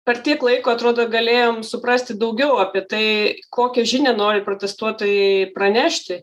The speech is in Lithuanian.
per tiek laiko atrodo galėjom suprasti daugiau apie tai kokią žinią nori protestuotojai pranešti